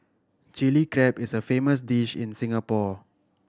Chilli Crab is a famous dish in Singapore